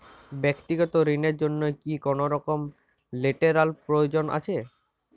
ব্যাক্তিগত ঋণ র জন্য কি কোনরকম লেটেরাল প্রয়োজন আছে?